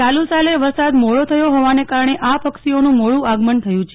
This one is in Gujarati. ચાલુ સાલે વરસાદ મોડો થયો હોવાને કારણે આ પક્ષીઓનું મોડું આગમન થયું છે